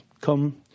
come